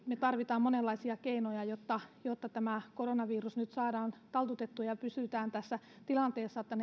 me tarvitsemme monenlaisia keinoja jotta jotta tämä koronavirus nyt saadaan taltutettua ja pysytään tässä tilanteessa niin että